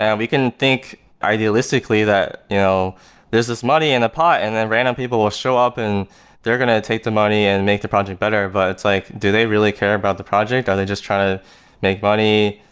and we can think idealistically that you know there's this money in a pot and then random people will show up and they're going to take the money and make the project better, but it's like, do they really care about the project? are they just trying to make money?